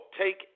take